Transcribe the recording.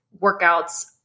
workouts